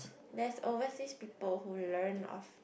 there's overseas people who learn of